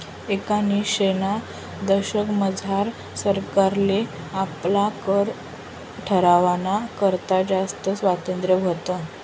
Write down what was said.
एकोनिसशेना दशकमझार सरकारले आपला कर ठरावाना करता जास्त स्वातंत्र्य व्हतं